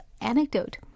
anecdote